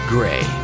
Gray